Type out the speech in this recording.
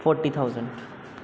forty thousand